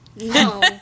No